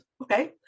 Okay